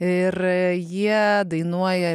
ir jie dainuoja